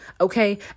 okay